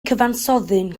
cyfansoddyn